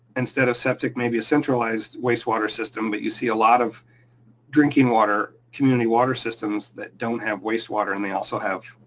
instead of septic, maybe a centralized wastewater system. but you see a lot of drinking water, community water systems, that don't have wastewater and they also have.